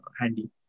handy